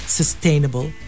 sustainable